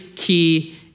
key